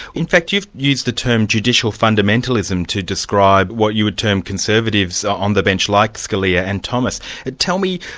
in fact you've used the term judicial fundamentalism to describe what you would term conservatives on the bench like skillier and thomas. but tell me,